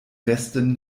westen